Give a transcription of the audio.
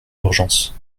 d’urgence